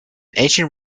ancient